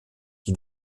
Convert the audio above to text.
qui